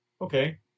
Okay